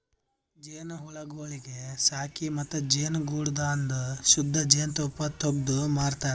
ಜೇನುಹುಳಗೊಳಿಗ್ ಸಾಕಿ ಮತ್ತ ಜೇನುಗೂಡದಾಂದು ಶುದ್ಧ ಜೇನ್ ತುಪ್ಪ ತೆಗ್ದು ಮಾರತಾರ್